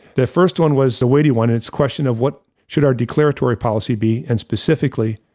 the first one was the weighty one. it's question of what should our declaratory policy be? and specifically,